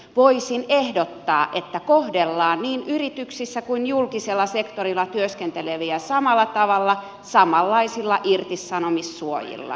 voisin ehdottaa että kohdellaan niin yrityksissä kuin myös julkisella sektorilla työskenteleviä samalla tavalla samanlaisilla irtisanomissuojilla